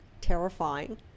terrifying